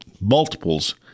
multiples